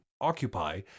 occupy